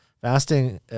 fasting